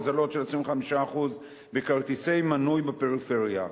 הוזלות של 25% בכרטיסי מנוי בפריפריה.